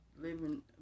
Living